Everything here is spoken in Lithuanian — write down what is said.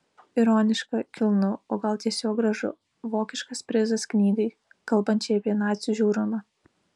ironiška kilnu o gal tiesiog gražu vokiškas prizas knygai kalbančiai apie nacių žiaurumą